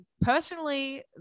personally